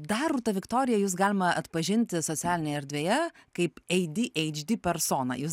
dar rūta viktorija jus galima atpažinti socialinėje erdvėje kaip ei dy eidž dy persona jūs